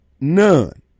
None